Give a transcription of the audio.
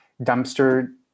dumpster